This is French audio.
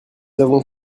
avons